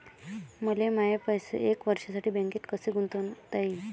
मले माये पैसे एक वर्षासाठी बँकेत कसे गुंतवता येईन?